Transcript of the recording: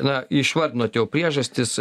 na išvardinot jau priežastis